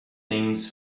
things